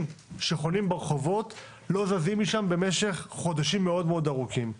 שחונים ברחובות ולא זזים משם במשך חודשים ארוכים מאוד.